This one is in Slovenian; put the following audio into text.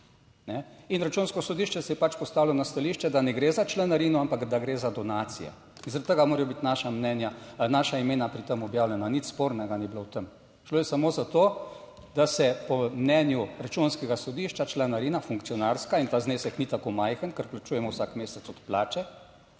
In Računsko sodišče se je pač postavilo na stališče, da ne gre za članarino, ampak da gre za donacije in zaradi tega morajo biti naša mnenja, naša imena pri tem objavljena. Nič spornega ni bilo v tem. Šlo je samo za to, da se po mnenju Računskega sodišča članarina funkcionarska in ta znesek ni tako majhen, ker plačujemo vsak mesec od plače